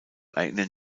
erinnern